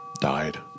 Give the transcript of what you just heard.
Died